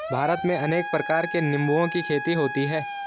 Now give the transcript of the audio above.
भारत में अनेक प्रकार के निंबुओं की खेती होती है